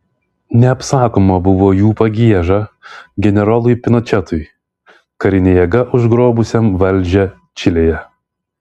neapsakoma buvo jų pagieža generolui pinočetui karine jėga užgrobusiam valdžią čilėje